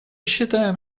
считаем